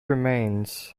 remains